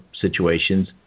situations